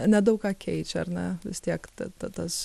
nedaug ką keičia ar ne vis tiek ta ta tas